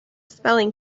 spelling